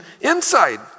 inside